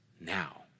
now